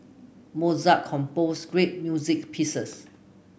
Mozart composed great music pieces